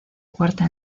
cuarta